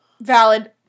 Valid